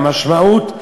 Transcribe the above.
המשמעות,